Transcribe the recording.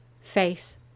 face